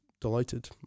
delighted